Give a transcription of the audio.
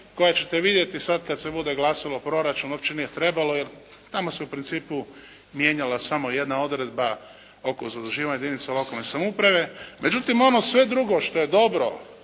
koju ćete vidjeti, sada kada se bude glasalo o proračunu, uopće nije trebalo jer tamo se u principu mijenjala samo jedna odredba oko zaduživanja jedinica lokalne samouprave. Međutim, ono sve drugo što je dobro